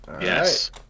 Yes